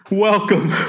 Welcome